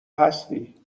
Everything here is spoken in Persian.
هستی